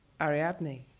Ariadne